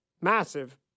massive